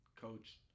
coach